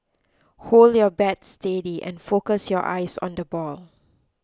hold your bat steady and focus your eyes on the ball